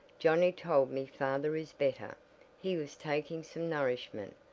johnnie told me father is better he was taking some nourishment,